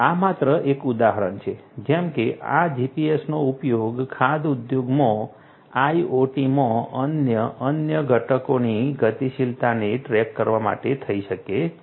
આ માત્ર એક ઉદાહરણ છે જેમ કે આ GPS નો ઉપયોગ ખાદ્ય ઉદ્યોગમાં IoT માં અન્ય અન્ય ઘટકોની ગતિશીલતાને ટ્રેક કરવા માટે થઈ શકે છે